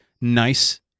nice